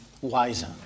wiser